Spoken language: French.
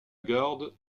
garde